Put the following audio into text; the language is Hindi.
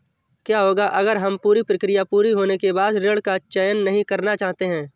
क्या होगा अगर हम पूरी प्रक्रिया पूरी होने के बाद ऋण का चयन नहीं करना चाहते हैं?